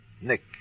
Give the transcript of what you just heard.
Nick